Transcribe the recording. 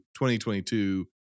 2022